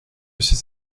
ses